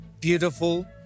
beautiful